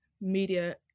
media